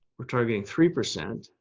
we're targeting three percent